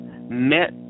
Met